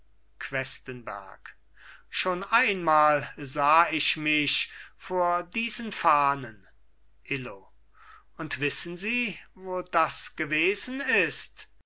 questenberg schon einmal sah ich mich vor diesen fahnen illo und wissen sie wo das gewesen ist